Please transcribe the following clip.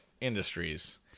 industries